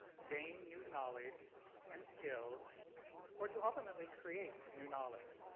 gain new knowledge and skills or to ultimately create new knowledge.